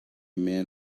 man